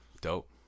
Dope